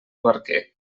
barquer